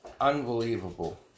Unbelievable